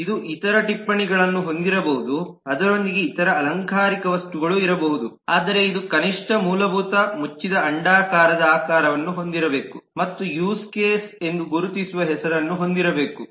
ಇದು ಇತರ ಟಿಪ್ಪಣಿಗಳನ್ನು ಹೊಂದಿರಬಹುದು ಅದರೊಂದಿಗೆ ಇತರ ಅಲಂಕಾರಿಕ ವಸ್ತುಗಳು ಇರಬಹುದು ಆದರೆ ಇದು ಕನಿಷ್ಟ ಮೂಲಭೂತವಾಗಿ ಮುಚ್ಚಿದ ಅಂಡಾಕಾರದ ಆಕಾರವನ್ನು ಹೊಂದಿರಬೇಕು ಮತ್ತು ಯೂಸ್ ಕೇಸ್ ಎಂದು ಗುರುತಿಸುವ ಹೆಸರನ್ನು ಹೊಂದಿರಬೇಕು